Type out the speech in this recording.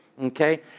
Okay